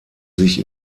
sich